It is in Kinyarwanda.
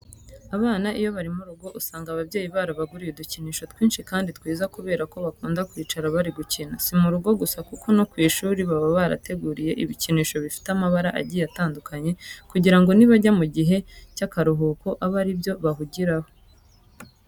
Abana iyo bari mu rugo usanga ababyeyi barabaguriye udukinisho twinshi kandi twiza kubera ko bakunda kwicara bari gukina. Si mu rugo gusa kuko no ku ishuri baba barabateguriye ibikinisho bifite amabara agiye atandukanye kugira ngo nibajya mu gihe cy'akaruhuko abe ari byo bahugiraho.